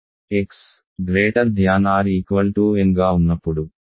x n గా ఉన్నప్పుడు దానిని 0 అని చెప్పవచ్చు